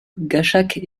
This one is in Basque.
gasak